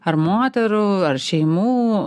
ar moterų ar šeimų